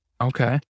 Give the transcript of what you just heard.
Okay